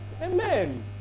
Amen